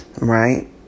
Right